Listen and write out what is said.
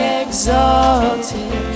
exalted